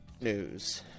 news